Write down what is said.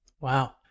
Wow